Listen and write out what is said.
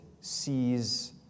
sees